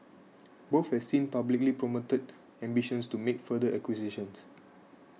both have since publicly promoted ambitions to make further acquisitions